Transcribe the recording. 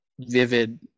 vivid